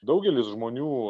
daugelis žmonių